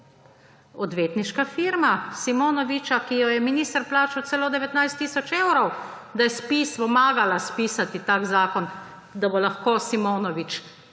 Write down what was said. Odvetniška firma Simonoviča, ki jo je minister plačal celo z 19 tisoč evrov, da je pomagala spisati tak zakon, da bo lahko Simonovič